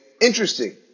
Interesting